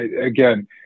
again